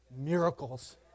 miracles